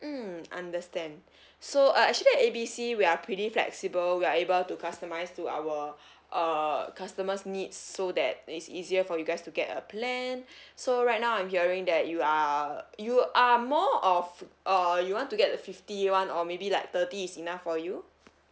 mm understand so uh actually at A B C we are pretty flexible we are able to customise to our uh customer's needs so that it's easier for you guys to get a plan so right now I'm hearing that you are you are more of uh you want to get the fifty [one] or maybe like thirty is enough for you